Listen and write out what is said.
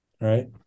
Right